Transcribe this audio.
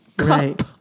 right